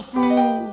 fool